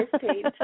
page